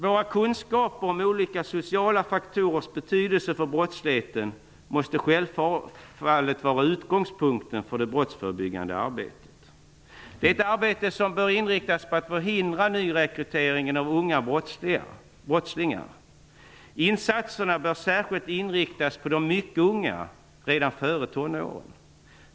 Våra kunskaper om olika sociala faktorers betydelse för brottsligheten måste självfallet vara utgångspunkten för det brottsförebyggande arbetet. Det är ett arbete som bör inriktas på att förhindra nyrekryteringen av unga brottslingar. Insatserna bör särskilt inriktas på de mycket unga, redan före tonåren.